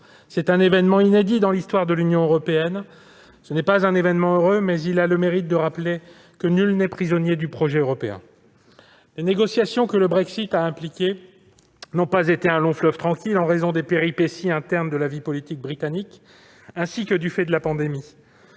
est un événement inédit dans l'histoire de l'Union européenne. Ce n'est pas un événement heureux, mais cela a le mérite de rappeler que nul n'est prisonnier du projet européen. Les négociations que le Brexit a impliquées n'ont pas été un long fleuve tranquille, en raison des péripéties internes de la vie politique britannique et de la pandémie,